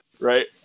right